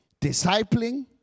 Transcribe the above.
discipling